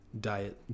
diet